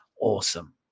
Awesome